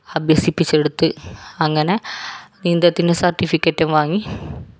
അഭ്യസിപ്പിച്ചെടുത്തു അങ്ങനെ നീന്തത്തിന് സർട്ടിഫിക്കറ്റും വാങ്ങി